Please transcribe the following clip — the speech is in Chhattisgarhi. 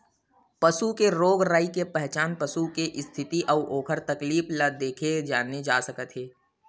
पसू के रोग राई के पहचान पसू के इस्थिति अउ ओखर तकलीफ ल देखके जाने जा सकत हे